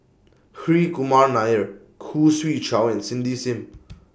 Hri Kumar Nair Khoo Swee Chiow and Cindy SIM